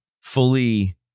fully